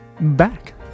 back